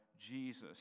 Jesus